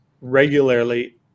regularly